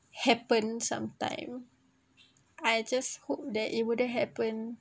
happen some time I just hope that it wouldn't happen